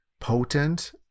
potent